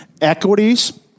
Equities